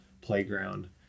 playground